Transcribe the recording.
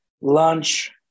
lunch